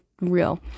real